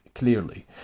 clearly